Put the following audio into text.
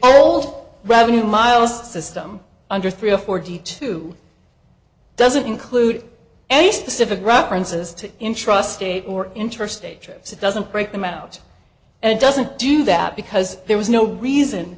old revenue miles system under three or four d two doesn't include any specific references to intrust state or interstate trips it doesn't break them out and it doesn't do that because there was no reason